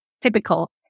typical